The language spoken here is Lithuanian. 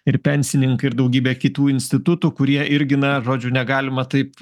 ir pensininkai ir daugybė kitų institutų kurie irgi na žodžiu negalima taip